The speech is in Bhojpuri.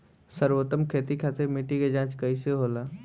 सर्वोत्तम खेती खातिर मिट्टी के जाँच कईसे होला?